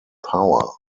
power